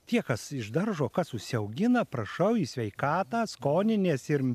tie kas iš daržo kas užsiaugina prašau į sveikatą skoninės ir